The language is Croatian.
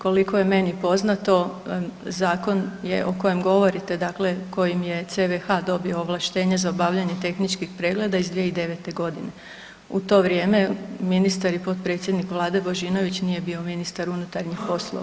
Koliko je meni poznato, zakon je o kojem govorite, dakle kojim je CVH dobio ovlaštenje za obavljanje tehničkih pregleda iz 2009. g. U to vrijeme ministar i potpredsjednik Vlade Božinović nije bio ministar unutarnjih poslova.